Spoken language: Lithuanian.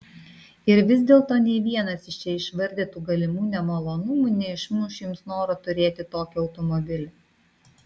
ir vis dėlto nė vienas iš čia išvardytų galimų nemalonumų neišmuš jums noro turėti tokį automobilį